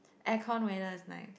aircon weather is nice